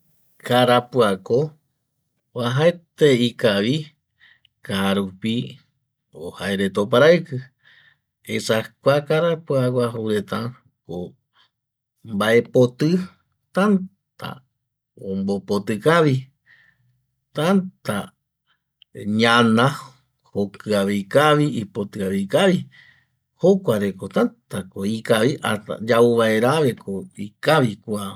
Carapua ko uajaete ikavi kaa rupi jaereta oparaiki esa kua carapua guaju reta ko mbaepoti tata omnopoti kavi tata ñana jokiavekavi ipotiavekavi jokua reko tata ko ikavi hasta yaeuvaera vi ikabi kua